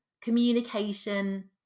communication